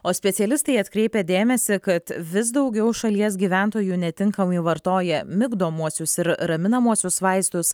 o specialistai atkreipia dėmesį kad vis daugiau šalies gyventojų netinkamai vartoja migdomuosius ir raminamuosius vaistus